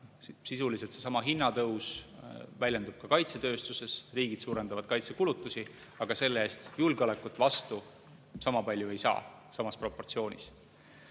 sisuliselt seesama hinnatõus väljendub kaitsetööstuses, riigid suurendavad kaitsekulutusi, aga selle eest julgeolekut vastu sama palju ei saa, samas proportsioonis.